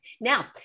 now